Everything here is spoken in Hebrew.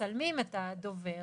שמצלמים את הדובר